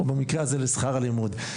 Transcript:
במקרה הזה לשכר הלימוד.